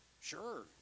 Sure